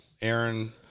Aaron